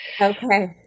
okay